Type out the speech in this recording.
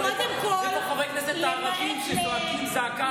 את חברי הכנסת הערבים שזועקים זעקה,